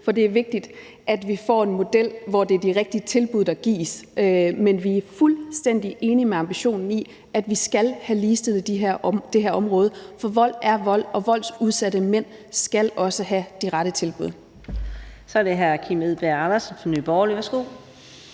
for det er vigtigt, at vi får en model, hvor det er de rigtige tilbud, der gives. Men vi er fuldstændig enige i ambitionen om, at vi skal have ligestillet det her område, for vold er vold, og voldsudsatte mænd skal også have de rette tilbud. Kl. 18:08 Fjerde næstformand (Karina